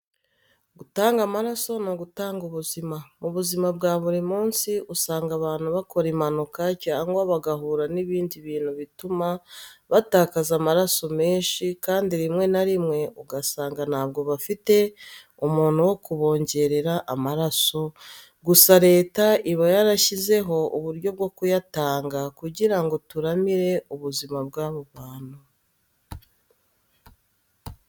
Gutanga amaraso ni ugutanga ubuzima. Mu buzima bwa buri munsi usanga abantu bakora impanuka cyangwa bagahura n'ibindi bintu bituma batakaza amaraso menshi kandi rimwe na rimwe ugasanga ntabwo bafite umuntu wo kubongerera amaraso, gusa Leta iba yarashizeho uburyo bwo kuyatanga kugira ngo turamire ubuzima bw'abo bantu.